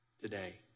Today